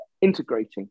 integrating